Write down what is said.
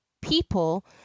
people